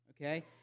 Okay